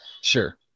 sure